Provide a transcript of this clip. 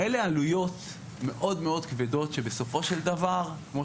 אלה עלויות מאוד כבדות שבסופו של דבר כמו